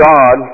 God